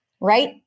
Right